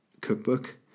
cookbook